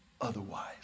otherwise